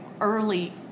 early